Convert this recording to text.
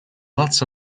lots